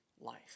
life